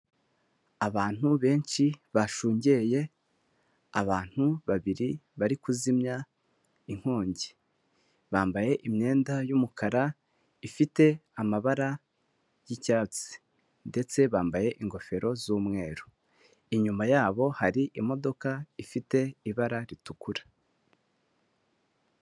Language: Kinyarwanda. Abantu benshi bashungeye abantu babiri bari kuzimya inkongi, bambaye imyenda y'umukara ifite amabara y'icyatsi ndetse bambaye ingofero z'umweru, inyuma yabo hari imodoka ifite ibara ritukura.